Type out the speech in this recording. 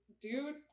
dude